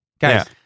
Guys